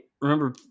remember